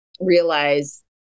realize